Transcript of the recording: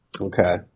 Okay